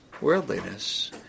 worldliness